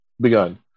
begun